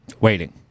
Waiting